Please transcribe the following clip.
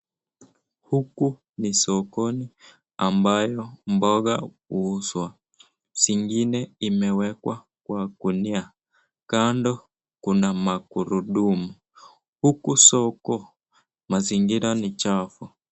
Huku ni sokoni ambayo mboga huuzwa zingine imewekwa kwa gunia, kando kuna magurudumu huku soko mazingira ni chafu.